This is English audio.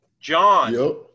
John